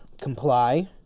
comply